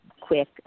quick